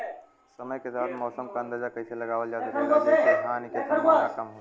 समय के साथ मौसम क अंदाजा कइसे लगावल जा सकेला जेसे हानि के सम्भावना कम हो?